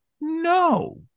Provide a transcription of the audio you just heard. No